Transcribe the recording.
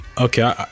Okay